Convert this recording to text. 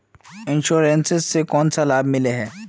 Insurance इस से कोन सा लाभ मिले है?